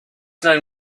known